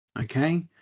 okay